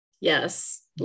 yes